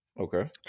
Okay